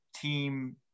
team